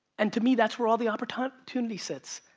and to me, that's where all the opportunity opportunity sits.